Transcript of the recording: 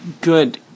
Good